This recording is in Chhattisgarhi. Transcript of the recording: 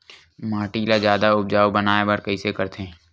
माटी ला जादा उपजाऊ बनाय बर कइसे करथे?